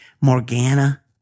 Morgana